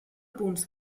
punts